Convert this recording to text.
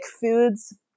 foods